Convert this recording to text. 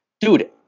Dude